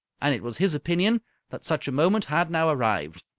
and it was his opinion that such a moment had now arrived.